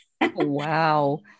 Wow